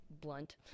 blunt